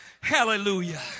Hallelujah